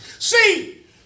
See